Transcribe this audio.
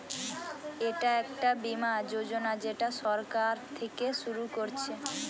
এটা একটা বীমা যোজনা যেটা সরকার থিকে শুরু করছে